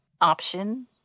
option